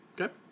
Okay